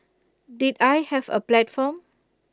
did I have A platform